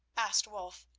asked wulf,